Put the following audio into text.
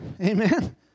amen